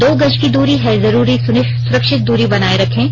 दो गज की दूरी है जरूरी सुरक्षित दूरी बनाए रखें